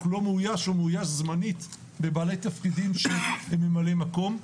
מאויש או לא מאויש זמנית בבעלי תפקידים שהם ממלאי מקום.